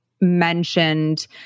mentioned